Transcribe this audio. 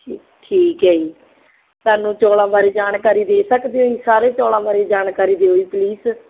ਠੀ ਠੀਕ ਹੈ ਜੀ ਸਾਨੂੰ ਚੌਲਾਂ ਬਾਰੇ ਜਾਣਕਾਰੀ ਦੇ ਸਕਦੇ ਹੋ ਜੀ ਸਾਰੇ ਚੌਲਾਂ ਬਾਰੇ ਜਾਣਕਾਰੀ ਦਿਓ ਜੀ ਪਲੀਜ